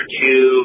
two